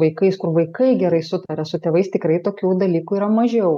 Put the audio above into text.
vaikais kur vaikai gerai sutaria su tėvais tikrai tokių dalykų yra mažiau